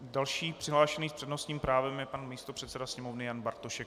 Další přihlášený s přednostním právem je pan místopředseda Sněmovny Jan Bartošek.